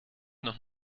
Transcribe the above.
nach